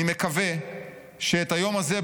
אני מקווה שאת היום הזה,